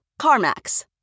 CarMax